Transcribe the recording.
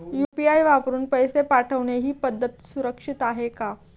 UPI वापरून पैसे पाठवणे ही पद्धत सुरक्षित आहे का?